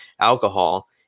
alcohol